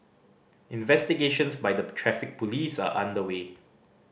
investigations by the Traffic Police are underway